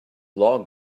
log